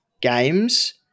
games